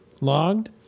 Logged